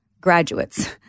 graduates